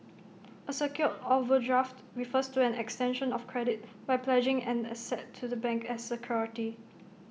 A secured overdraft refers to an extension of credit by pledging an asset to the bank as security